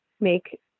make